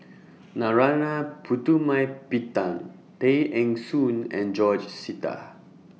Narana Putumaippittan Tay Eng Soon and George Sita